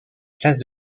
place